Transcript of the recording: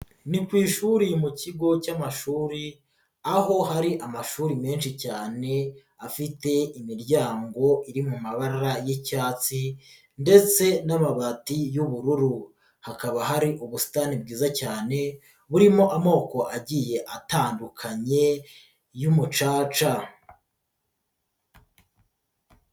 Ni ku ishuri mu kigo cy'amashuri, aho hari amashuri menshi cyane afite imiryango iri mu mabara y'icyatsi ndetse n'amabati y'ubururu Hakaba hari ubusitani bwiza cyane burimo amoko agiye atandukanye y'umucaca.